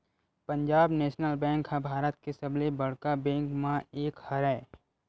Punjab National Bank ह भारत के सबले बड़का बेंक मन म एक हरय